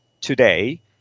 today